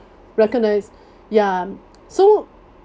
recognise ya so